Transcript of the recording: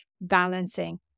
balancing